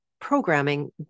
programming